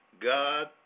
God